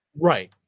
Right